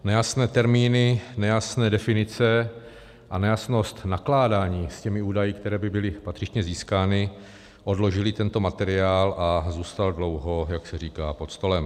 Nejasné termíny, nejasné definice a nejasnost nakládání s těmi údaji, které by byly patřičně získány, odložily tento materiál a zůstal dlouho, jak se říká, pod stolem.